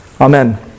Amen